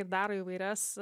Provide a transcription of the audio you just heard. ir daro įvairias